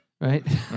right